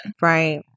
Right